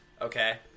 Okay